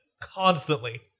constantly